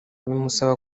bimusaba